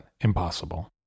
impossible